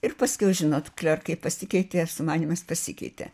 ir paskiau žinot klerkai pasikeitė sumanymas pasikeitė